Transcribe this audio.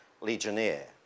legionnaire